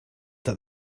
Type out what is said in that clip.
that